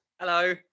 Hello